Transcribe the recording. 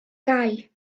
gau